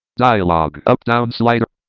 dialogue up down slider.